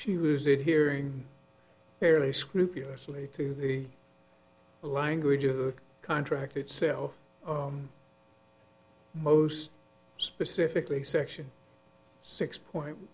she was a hearing fairly scrupulously to the language of the contract itself most specifically section six point